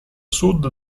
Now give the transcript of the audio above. sud